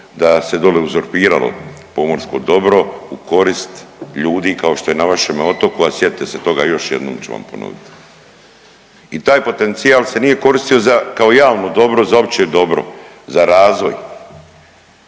da se dole uzurpiralo pomorsko dobro u korist ljudi kako što je na vašeme otoku, a sjetite se toga još jednom ću vam ponovit. I taj potencijal se nije koristio za, kao javno dobro za opće dobro za razvoj